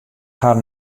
har